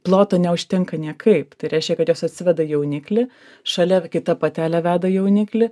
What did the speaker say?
ploto neužtenka niekaip tai reiškia kad jos atsiveda jauniklį šalia kita patelė veda jauniklį